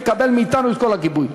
תקבל מאתנו את כל הגיבוי.